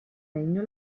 regno